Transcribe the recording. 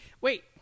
Wait